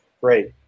Great